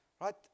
right